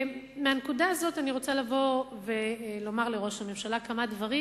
מהנקודה הזאת אני רוצה לבוא ולומר לראש הממשלה כמה דברים,